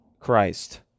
christ